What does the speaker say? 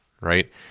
right